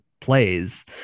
plays